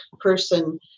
person